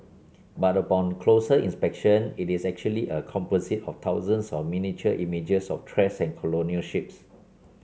but upon closer inspection it is actually a composite of thousands of miniature images of trash and colonial ships